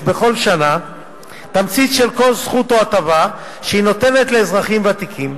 בכל שנה תמצית של כל זכות או הטבה שהיא נותנת לאזרחים ותיקים,